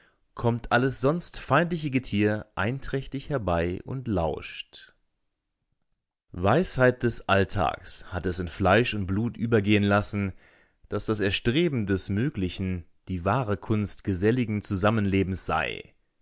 kommt alles sonst feindliche getier einträchtig herbei und lauscht weisheit des alltags hat es in fleisch und blut übergehen lassen daß das erstreben des möglichen die wahre kunst geselligen zusammenlebens sei